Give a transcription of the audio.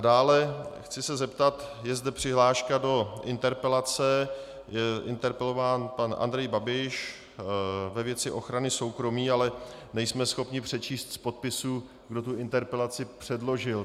Dále se chci zeptat je zde přihláška do interpelace, interpelován je pan Andrej Babiš ve věci ochrany soukromí, ale nejsme schopni přečíst z podpisu, kdo interpelaci předložil.